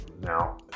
now